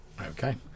Okay